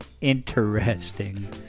Interesting